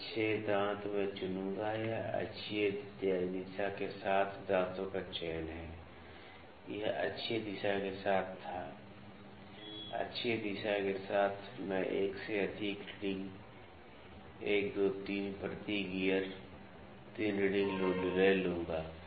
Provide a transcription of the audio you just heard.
यह 6 दांत मैं चुनूंगा यह अक्षीय दिशा के साथ दांतों का चयन है यह अक्षीय दिशा के साथ था अक्षीय दिशा के साथ मैं एक से अधिक रीडिंग 1 2 3 प्रति गियर 3 रीडिंग ले लूंगा